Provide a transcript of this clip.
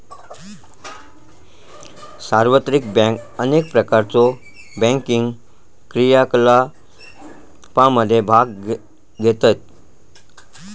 सार्वत्रिक बँक अनेक प्रकारच्यो बँकिंग क्रियाकलापांमध्ये भाग घेतत